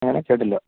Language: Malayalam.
എങ്ങനെ കേട്ടില്ല